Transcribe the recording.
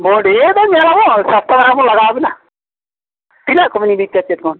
ᱵᱚᱰᱷᱮ ᱫᱚ ᱧᱮᱞᱟᱵᱚ ᱥᱚᱥᱛᱷᱟ ᱫᱷᱟᱨᱟ ᱵᱚ ᱞᱟᱜᱟ ᱵᱮᱱᱟ ᱛᱤᱱᱟᱹᱜ ᱠᱚ ᱵᱮᱱ ᱤᱫᱤ ᱛᱮ ᱪᱮᱫ ᱠᱚ